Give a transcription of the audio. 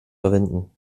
verwenden